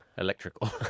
Electrical